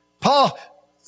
Paul